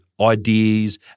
ideas